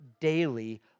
daily